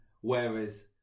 Whereas